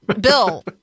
Bill